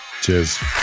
Cheers